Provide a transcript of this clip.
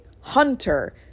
Hunter